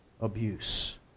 abuse